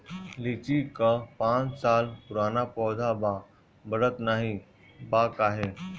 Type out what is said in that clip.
लीची क पांच साल पुराना पौधा बा बढ़त नाहीं बा काहे?